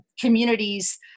communities